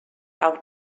auch